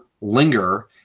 linger